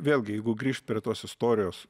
vėlgi jeigu grįžt prie tos istorijos